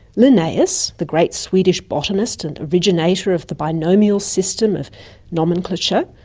linnaeus, the great swedish botanist and originator of the binomial system of nomenclature,